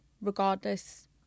regardless